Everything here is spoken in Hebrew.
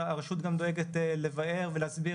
הרשות גם דואגת לבאר ולהסביר,